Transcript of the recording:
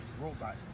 robot